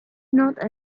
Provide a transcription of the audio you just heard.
not